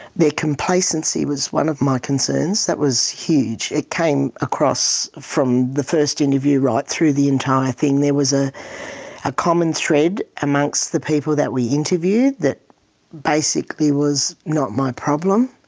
their complacency was one of my concerns, that was huge. it came across from the first interview right through the entire thing, there was ah a common thread amongst the people that we interviewed that basically, was not my problem.